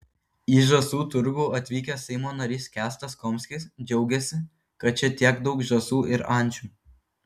į žąsų turgų atvykęs seimo narys kęstas komskis džiaugėsi kad čia tiek daug žąsų ir ančių